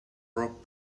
rob